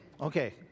okay